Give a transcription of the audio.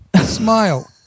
smile